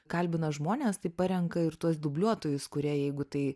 kalbina žmones tai parenka ir tuos dubliuotojus kurie jeigu tai